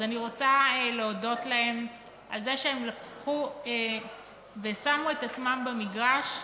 אז אני רוצה להודות להם על זה שהם לקחו ושמו את עצמם במגרש,